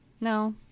No